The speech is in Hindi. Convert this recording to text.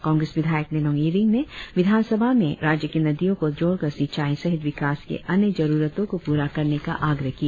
कांग्रेस विधायक निनोंग इरिंग ने विधानसभा में राज्य की नदियों को जोड़कर सिचाई सहित विकास की अन्य जरुरतों को पूरा करने का आग्रह किया